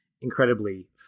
incredibly